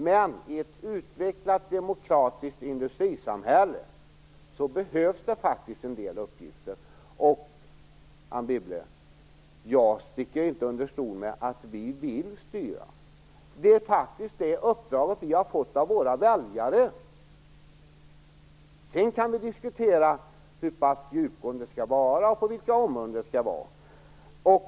Men i ett utvecklat demokratiskt industrisamhälle behövs det faktiskt en del uppgifter. Anne Wibble, jag sticker inte under stol med att vi vill styra. Det är faktiskt det uppdraget vi har fått av våra väljare. Sedan kan vi diskutera hur pass djupgående det skall vara och på vilka områden det skall ske.